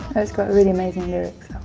it's got really amazing lyrics,